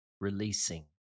Releasing